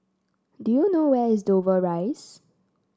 do you know where is Dover Rise